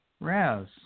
Raz